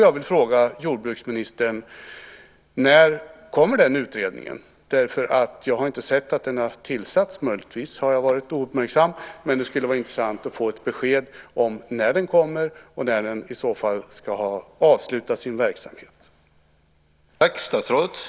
Jag vill fråga jordbruksministern: När kommer den utredningen? Jag har inte sett att den har tillsatts. Möjligtvis har jag varit ouppmärksam. Det skulle vara intressant att få ett besked om när den kommer och när den i så fall ska ha avslutat sitt arbete.